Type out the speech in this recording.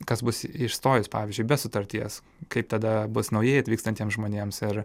kas bus išstojus pavyzdžiui be sutarties kaip tada bus naujai atvykstantiems žmonėms ir